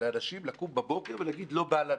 לאנשים לקום בבוקר ולהגיד: לא בא לנו,